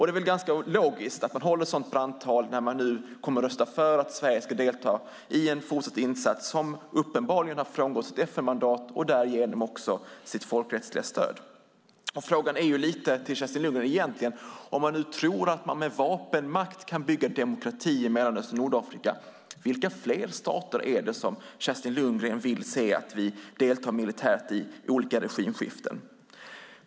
Det är väl ganska logiskt att man håller ett sådant brandtal när man nu kommer att rösta för att Sverige ska delta i en fortsatt insats som uppenbarligen frångått sitt FN-mandat och därigenom också sitt folkrättsliga stöd. Frågan till Kerstin Lundgren är egentligen: Om man nu tror att man med vapenmakt kan bygga demokrati i Mellanöstern och Nordafrika, vilka fler stater är det då som Kerstin Lundgren vill se att vi deltar i militärt vid olika regimskiften?